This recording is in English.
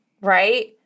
right